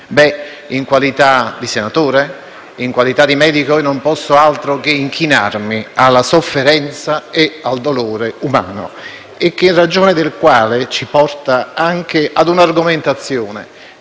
in qualità di senatore, in qualità di medico, io non posso altro che inchinarmi alla sofferenza e al dolore umano. E questo ci porta anche a una argomentazione